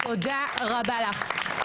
תודה רבה לך.